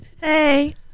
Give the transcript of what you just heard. Hey